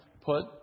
put